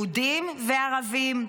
יהודים וערבים,